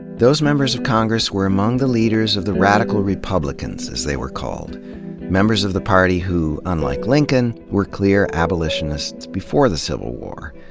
those members of congress were among the leaders of the radical republicans, as they were called members of the party who, unlike lincoln, were clear abolitionists before the civil war.